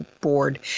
board